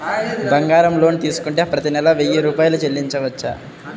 బంగారం లోన్ తీసుకుంటే ప్రతి నెల వెయ్యి రూపాయలు చెల్లించవచ్చా?